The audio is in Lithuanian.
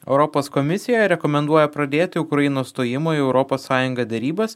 europos komisija rekomenduoja pradėti ukrainos stojimo į europos sąjungą derybas